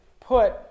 put